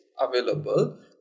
available